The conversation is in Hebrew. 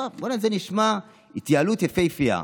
בוא'נה, זה נשמע התייעלות יפהפייה.